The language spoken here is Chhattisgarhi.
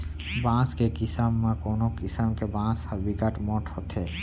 बांस के किसम म कोनो किसम के बांस ह बिकट मोठ होथे